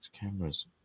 cameras